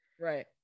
Right